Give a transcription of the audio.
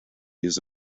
use